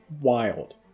Wild